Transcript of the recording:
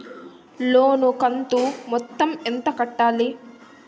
లోను కంతు మొత్తం ఎంత కట్టాలి?